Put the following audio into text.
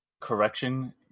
Correction